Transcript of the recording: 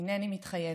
הינני מתחייבת.